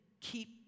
keep